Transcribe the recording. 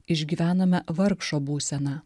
išgyvename vargšo būseną